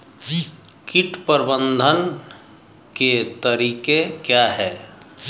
कीट प्रबंधन के तरीके क्या हैं?